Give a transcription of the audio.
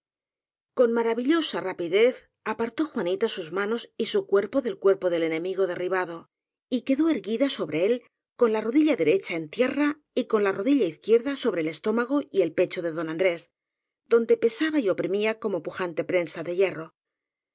con maravillosa rapidez apartó juanita sus ma nos y su cuerpo del cuerpo del enemigo derribado y quedó erguida sobre él con la rodilla derecha en tierra y con la rodilla izquierda sobre el esto mago y el pecho de don andrés donde pesaba y oprimía como pujante prensa de hierro